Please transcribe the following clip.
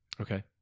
Okay